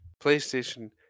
PlayStation